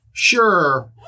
Sure